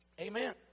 Amen